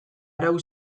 arau